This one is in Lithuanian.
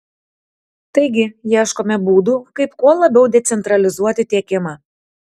taigi ieškome būdų kaip kuo labiau decentralizuoti tiekimą